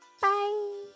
Bye